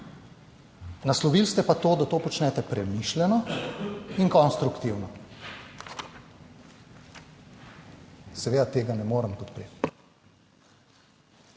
Naslovili ste pa to, da to počnete premišljeno in konstruktivno. Seveda tega ne morem podpreti.